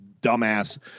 dumbass